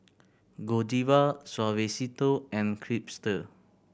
Godiva Suavecito and Chipster